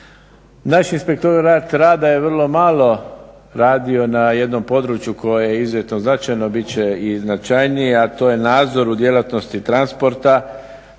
Naš inspektorat rada je vrlo malo radio na jednom području koje je izuzetno značajno, bit će i značajnije, a to je nadzor u djelatnosti transporta